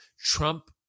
Trump